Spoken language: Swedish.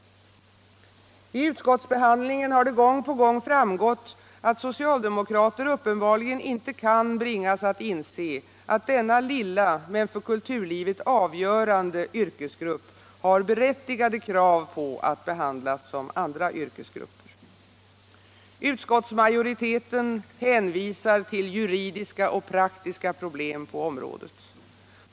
Vid utskottsbehandlingen har det gång på gång framgått att socialdemokrater uppenbarligen inte kan bringas Kulturpolitiken in in Kulturpolitiken. att inse att denna lilla, men för kulturlivet avgörande, yrkesgrupp har berättigade krav på att behandlas som andra yrkesgrupper. Utskotltsma Joriteten hänvisar till juridiska och praktiska problem på området.